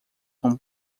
com